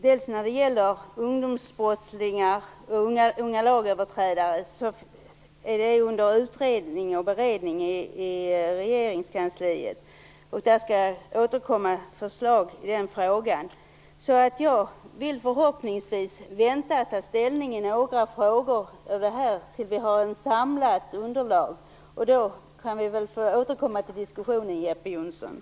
Frågan om ungdomsbrottslingar, unga lagöverträdare, är också under utredning och beredning i regeringskansliet, och regeringen skall senare återkomma med förslag i den frågan. Jag vill därför vänta med att ta ställning i dessa frågor tills vi har ett samlat underlag. Då kan vi väl återkomma till den här diskussionen,